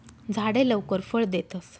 झाडे लवकर फळ देतस